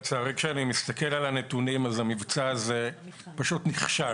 לצערי כשאני מסתכל על הנתונים המבצע הזה פשוט נכשל.